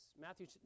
Matthew